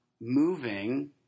moving